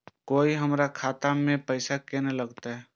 कोय हमरा खाता में पैसा केना लगते?